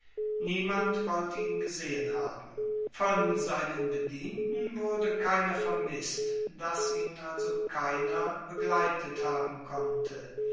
niemand wollte ihn gesehen haben von seinen bedienten wurde keiner vermißt daß ihn also keiner begleitet haben konnte